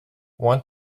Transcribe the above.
want